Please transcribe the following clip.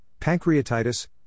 pancreatitis